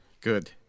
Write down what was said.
Good